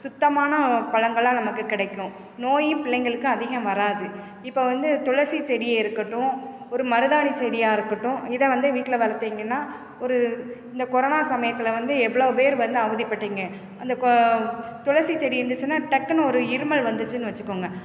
சுத்தமான பழங்களாக நமக்கு கிடைக்கும் நோயும் பிள்ளைங்களுக்கு அதிகம் வராது இப்போ வந்து துளசி செடியே இருக்கட்டும் ஒரு மருதாணி செடியாக இருக்கட்டும் இதை வந்து வீட்டில வளர்த்தீங்கன்னா ஒரு இந்த கொரனா சமயத்தில் வந்து எவ்வளோ பேர் வந்து அவதிப்பட்டிங்கள் அந்தக் கொ துளசி செடி இருந்துச்சுனால் டக்குனு ஒரு இருமல் வந்துச்சுன்னு வச்சிக்கோங்க